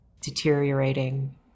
deteriorating